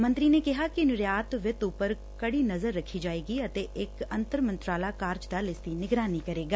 ਮੰਤਰੀ ਨੇ ਕਿਹਾ ਕਿ ਨਿਰਯਾਤ ਵਿੱਤ ਉਪਰ ਕੜੀ ਨਜ਼ਰ ਰੱਖੀ ਜਾਏਗੀ ਅਤੇ ਇਕ ਅੰਤਰ ਮੰਤਰਾਲਾ ਕਾਰਜਦਲ ਇਸ ਦੀ ਨਿਗਰਾਨੀ ਕਰੇਗਾ